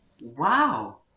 Wow